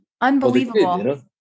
unbelievable